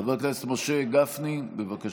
חבר הכנסת משה גפני, בבקשה.